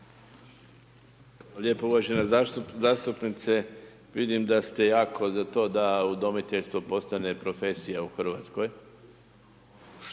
Lijepo uvažena zastupnice, vidim da ste jako za to da udomiteljstvo postane profesija u RH, što